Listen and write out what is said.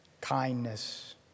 kindness